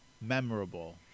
memorable